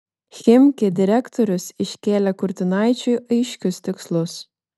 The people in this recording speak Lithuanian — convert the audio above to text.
chimki direktorius iškėlė kurtinaičiui aiškius tikslus